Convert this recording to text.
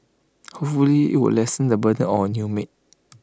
hopefully IT will lessen the burden on our new maid